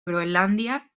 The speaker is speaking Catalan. groenlàndia